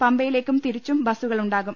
പമ്പയിലേക്കും തിരിച്ചു ബസ്സുകളുണ്ടാകും